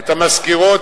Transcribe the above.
את המזכירות,